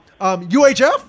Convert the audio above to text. UHF